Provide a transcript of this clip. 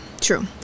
True